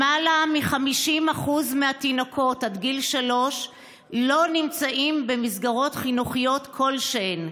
למעלה מ-50% מהתינוקות עד גיל שלוש לא נמצאים במסגרות חינוכיות כלשהן,